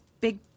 big